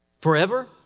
Forever